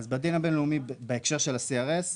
בדין הבין-לאומי בהקשר של ה-CRS,